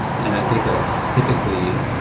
and i think like, typically,